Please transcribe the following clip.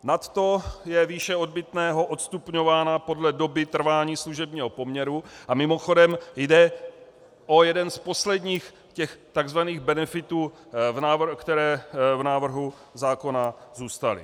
Nadto je výše odbytného odstupňována podle doby trvání služebního poměru, a mimochodem, jde o jeden z posledních takzvaných benefitů, které v návrhu zákona zůstaly.